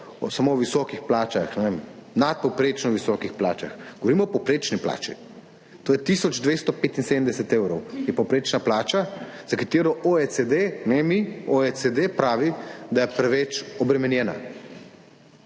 samo o visokih plačah, nadpovprečno visokih plačah, govorimo o povprečni plači, to je tisoč 275 evrov, ki je povprečna plača, za katero OECD, ne mi, OECD pravi, da je preveč obremenjena.